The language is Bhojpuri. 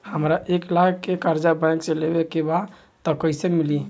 हमरा एक लाख के कर्जा बैंक से लेवे के बा त कईसे मिली?